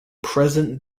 present